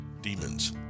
demons